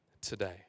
today